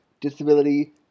disability